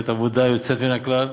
באמת עבודה יוצאת מן הכלל.